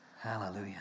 Hallelujah